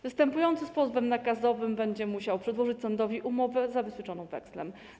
Występujący z pozwem nakazowym będzie musiał przedłożyć sądowi umowę zabezpieczoną wekslem.